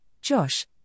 Josh